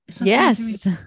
Yes